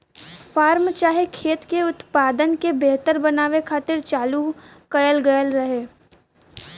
form चाहे खेत के उत्पादन के बेहतर बनावे खातिर चालू कएल गएल रहे